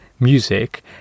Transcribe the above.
music